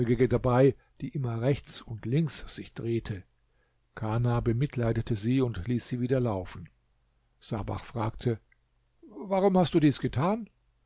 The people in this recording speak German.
dabei die immer rechts und links sich drehte kana bemitleidete sie und ließ sie wieder laufen sabach fragte warum hast du dies getan